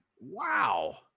Wow